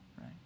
Right